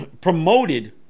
promoted